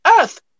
earth